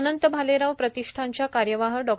अनंत भालेराव प्रतिष्ठानच्या कार्यवाह डॉ